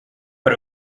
but